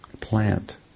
Plant